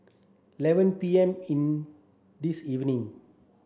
eleven P M in this evening